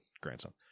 grandson